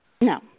No